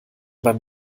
beim